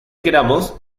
queramos